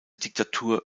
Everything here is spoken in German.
diktatur